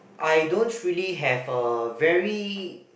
I don't really have a very